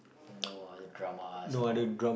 no other dramas or